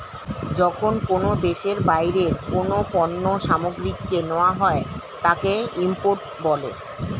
যখন কোনো দেশে বাইরের কোনো পণ্য সামগ্রীকে নেওয়া হয় তাকে ইম্পোর্ট বলে